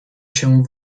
się